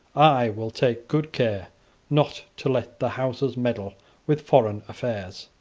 i will take good care not to let the houses meddle with foreign affairs.